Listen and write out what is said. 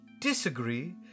disagree